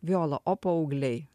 viola o paaugliai